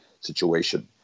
situation